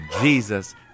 Jesus